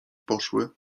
poszły